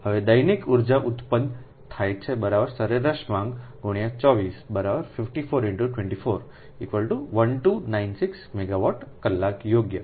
હવે દૈનિક ઉર્જા ઉત્પન્ન થાય છે સરેરાશ માંગ 24 54 24 1296 મેગાવાટ કલાક યોગ્ય